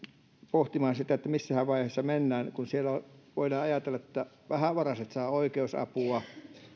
pohtimaan missähän vaiheessa mennään voidaan ajatella että vähävaraiset saavat oikeusapua eli